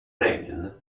regn